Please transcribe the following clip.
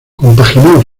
compaginó